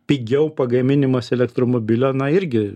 pigiau pagaminimas elektromobilio na irgi